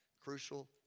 crucial